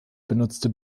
benutzte